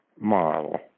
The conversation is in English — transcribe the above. model